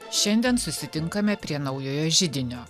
šiandien susitinkame prie naujojo židinio